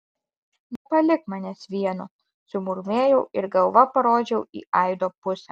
nepalik manęs vieno sumurmėjau ir galva parodžiau į aido pusę